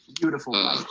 Beautiful